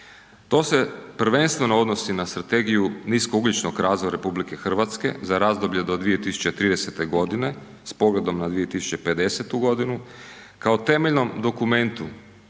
To se prvenstveno odnosi na strategiju niskougljičnog razvoja RH za razdoblje do 2030.g. s pogledom na 2050.g. kao temeljnom dokumentu